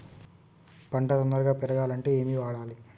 పంట తొందరగా పెరగాలంటే ఏమి వాడాలి?